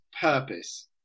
purpose